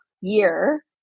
year